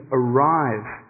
arrive